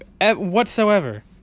whatsoever